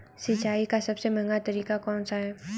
सिंचाई का सबसे महंगा तरीका कौन सा है?